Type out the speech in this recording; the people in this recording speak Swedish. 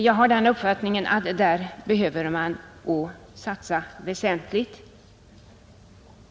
Jag har den uppfattningen att man där behöver satsa väsentligt.